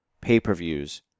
pay-per-views